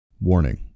warning